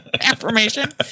affirmation